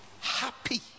happy